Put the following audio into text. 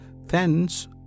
thence